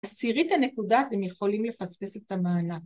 עשירית הנקודה והם יכולים לפספס את המענק.